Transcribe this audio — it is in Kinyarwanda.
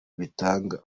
bitanga